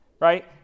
right